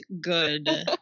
good